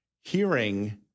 hearing